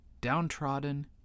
downtrodden